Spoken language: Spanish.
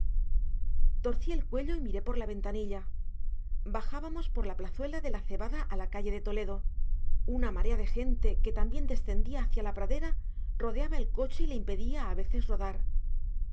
torcí el cuello y miré por la ventanilla bajábamos de la plazuela de la cebada a la calle de toledo una marea de gente que también descendía hacia la pradera rodeaba el coche y le impedía a veces rodar